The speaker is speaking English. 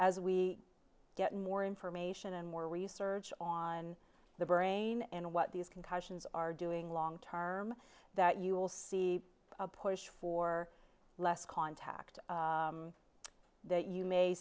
as we get more information and more research on the brain and what these concussions are doing long term that you will see push for less contact that you may